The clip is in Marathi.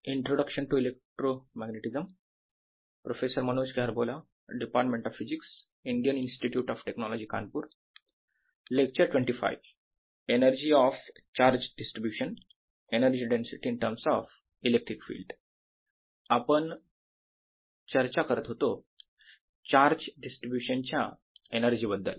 energy of charge distribution III energy density in terms of electric field आपण चर्चा करत होतो चार्ज डिस्ट्रीब्यूशन च्या एनर्जी बद्दल